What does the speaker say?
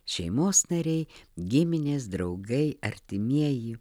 šeimos nariai giminės draugai artimieji